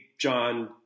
John